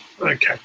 Okay